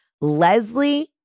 Leslie